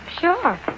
Sure